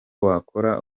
wakora